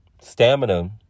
Stamina